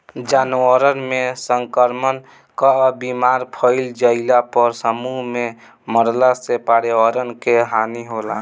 जानवरन में संक्रमण कअ बीमारी फइल जईला पर समूह में मरला से पर्यावरण के हानि होला